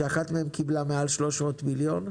כשאחת מהן קיבלה יותר מ-300 מיליון,